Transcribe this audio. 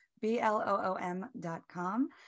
B-L-O-O-M.com